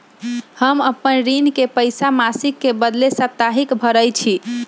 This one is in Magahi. हम अपन ऋण के पइसा मासिक के बदले साप्ताहिके भरई छी